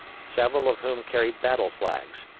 several of whom carried battle-flags.